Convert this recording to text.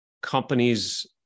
companies